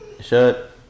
Shut